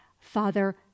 Father